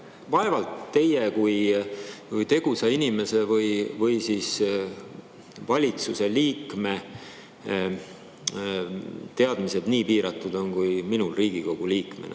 vaevalt teie kui tegusa inimese või valitsuse liikme teadmised on nii piiratud kui minul Riigikogu liikmena.